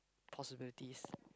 possibilities